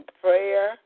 prayer